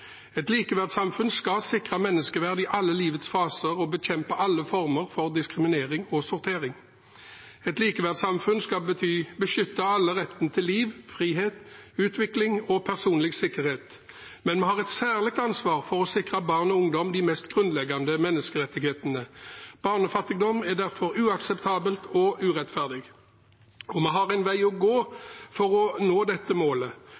Et likeverdssamfunn skal sikre menneskeverd i alle livets faser og bekjempe alle former for diskriminering og sortering. Et likeverdssamfunn skal beskytte alle – retten til liv, frihet, utvikling og personlig sikkerhet. Men vi har et særlig ansvar for å sikre barn og ungdom de mest grunnleggende menneskerettighetene. Barnefattigdom er derfor uakseptabelt og urettferdig. Vi har en vei å gå for å nå dette målet.